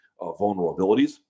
vulnerabilities